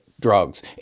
Drugs